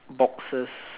boxes